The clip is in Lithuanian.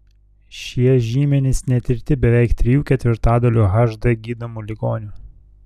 šie žymenys netirti beveik trijų ketvirtadalių hd gydomų ligonių